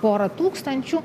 pora tūkstančių